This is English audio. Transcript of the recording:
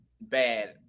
bad